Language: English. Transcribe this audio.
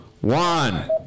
one